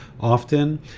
often